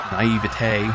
naivete